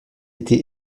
été